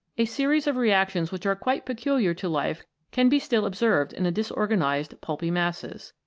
a series of reactions which are quite peculiar to life can be still observed in the disorganised pulpy masses.